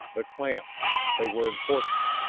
the clan they were important.